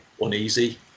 uneasy